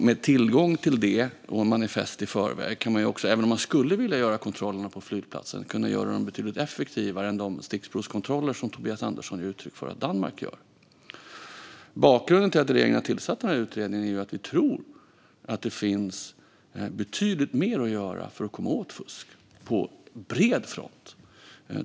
Med tillgång till det och med manifest i förväg skulle man också kunna, även om man skulle vilja göra kontrollerna på flygplatsen, göra dem betydligt effektivare än de stickprovskontroller som Tobias Andersson ger uttryck för att Danmark gör. Bakgrunden till att regeringen har tillsatt utredningen är att vi tror att det finns betydligt mer att göra för att komma åt fusk på bred front.